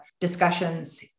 discussions